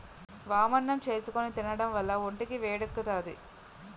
వామన్నం చేసుకుని తినడం వల్ల ఒంటికి వేడెక్కుతాది